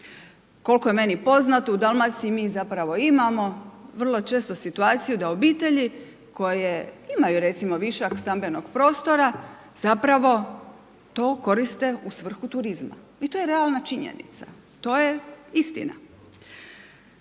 Koliko je meni poznato u Dalmaciji mi zapravo imamo vrlo često situaciju da obitelji koje imaju recimo višak stambenog prostora zapravo to koriste u svrhu turizma. I to je realna činjenica, to je istina.